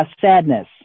sadness